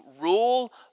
rule